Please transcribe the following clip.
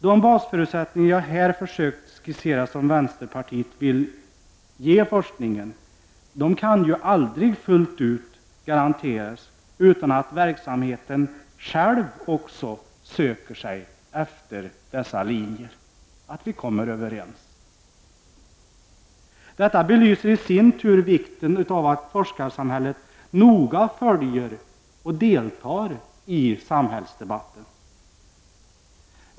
De basförutsättningar som jag här har försökt skissera och som vänsterpartiet vill ge forskningen kan ju aldrig fullt ut garanteras utan att verksamheten själv söker sig efter dessa linjer — att vi kommer överens. Detta belyser isin tur vikten av att forskarsamhället noga följer och deltar i samhällsdebatten.